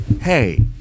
hey